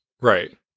right